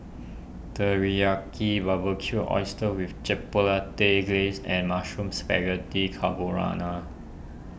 Teriyaki Barbecued Oysters with Chipotle Glaze and Mushroom Spaghetti Carbonara